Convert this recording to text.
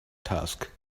task